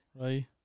Right